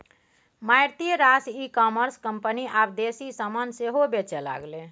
मारिते रास e commerce company आब देसी समान सेहो बेचय लागलै